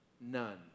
None